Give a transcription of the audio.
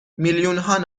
میلیونها